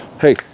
Hey